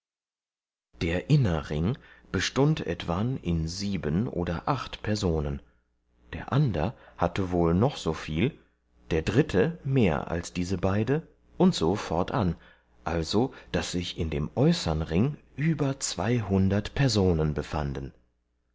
der inner ring bestund etwan in sieben oder acht personen der ander hatte wohl noch so viel der dritte mehr als diese beide und so fortan also daß sich in dem äußern ring über zweihundert personen befanden